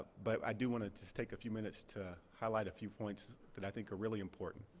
but i do want to just take a few minutes to highlight a few points that i think a really important.